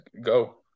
go